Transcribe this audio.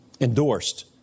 endorsed